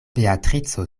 beatrico